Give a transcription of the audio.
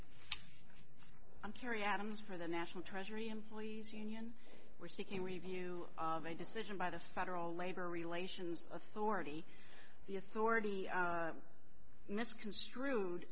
i'm kerry adams for the national treasury employees union were seeking review of a decision by the federal labor relations authority the authority misconstrued